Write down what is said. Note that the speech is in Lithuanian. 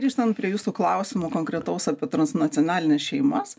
grįžtant prie jūsų klausimo konkretaus apie transnacionalines šeimas